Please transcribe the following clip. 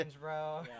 bro